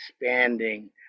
expanding